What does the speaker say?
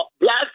black